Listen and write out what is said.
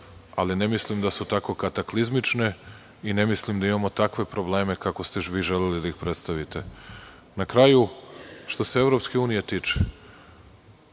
Ali, ne mislim da su tako kataklizmične i ne mislim da imamo takve probleme kako ste vi želeli da ih predstavite. Na kraju, što se EU tiče,